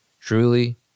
Truly